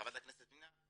חברת הכנסת פנינה,